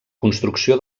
construcció